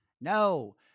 No